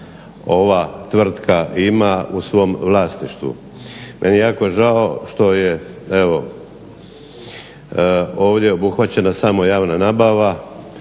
ova tvrtka ima u svom vlasništvu. Meni je jako žao što je evo ovdje obuhvaćena samo javna nabava.